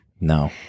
No